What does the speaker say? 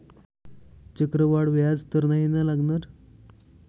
चक्रवाढ व्याज तर नाही ना लागणार?